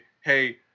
hey